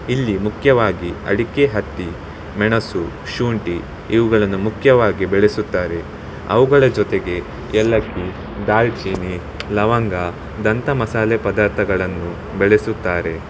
ಇಲ್ಲಿ ಮುಖ್ಯವಾಗಿ ಅಡಿಕೆ ಹತ್ತಿ ಮೆಣಸು ಶುಂಠಿ ಇವುಗಳನ್ನು ಮುಖ್ಯವಾಗಿ ಬೆಳೆಸುತ್ತಾರೆ ಅವುಗಳ ಜೊತೆಗೆ ಏಲಕ್ಕಿ ದಾಲ್ಚೀನಿ ಲವಂಗದಂಥ ಮಸಾಲೆ ಪದಾರ್ಥಗಳನ್ನು ಬೆಳೆಸುತ್ತಾರೆ